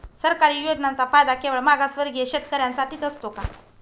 सरकारी योजनांचा फायदा केवळ मागासवर्गीय शेतकऱ्यांसाठीच असतो का?